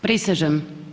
Prisežem.